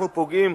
אנחנו פוגעים